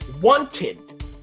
Wanted